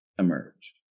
emerge